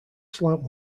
slant